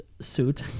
suit